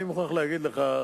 אני מוכרח להגיד לך,